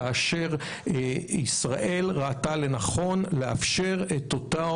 כאשר ישראל ראתה לנכון לאפשר את אותה